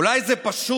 אולי זה פשוט,